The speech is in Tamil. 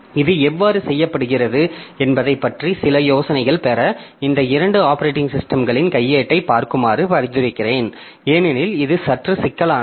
இது எவ்வாறு செய்யப்படுகிறது என்பதைப் பற்றி சில யோசனைகளைப் பெற இந்த இரண்டு ஆப்பரேட்டிங் சிஸ்டம்களின் கையேட்டைப் பார்க்குமாறு பரிந்துரைக்கிறேன் ஏனெனில் இது சற்று சிக்கலானது